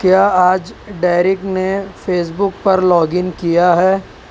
کیا آج ڈیرک نے فیس بک پر لاگ ان کیا ہے